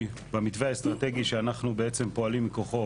במתווה האסטרטגי שאנחנו בעצם פועלים מכוחו